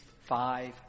five